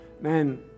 Man